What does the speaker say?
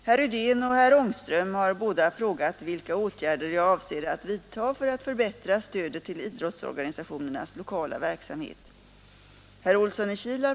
Herr Rydén och herr Ångström har båda frågat, vilka åtgärder jag avser att vidta för att förbättra stödet till idrottsorganisationernas lokala verksamhet.